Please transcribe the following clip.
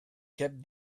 kept